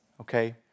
okay